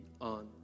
on